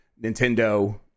Nintendo